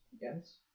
Yes